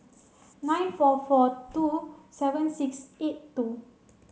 nine four four two seven six eight two